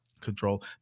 control